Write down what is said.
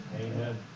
Amen